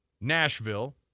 Nashville